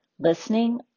listening